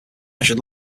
should